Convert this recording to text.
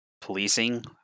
policing